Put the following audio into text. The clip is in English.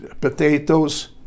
potatoes